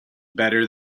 better